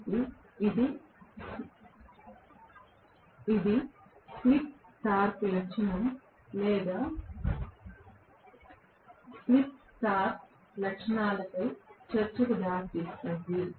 కాబట్టి ఇది slip torque లక్షణం లేదా స్పీడ్ టార్క్ లక్షణాలపై చర్చకు దారి తీస్తుంది